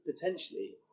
potentially